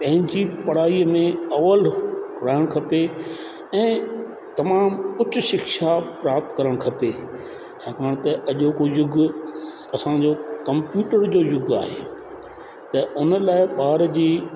पंहिंजी पढ़ाईअ में अवल रहणु खपे ऐं तमामु उच शिक्षा प्राप्त करणु खपे छाकाणि त अॼोको युग असांजो कंप्यूटर जो युग आहे त उन लाइ ॿार जी